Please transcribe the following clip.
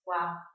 Wow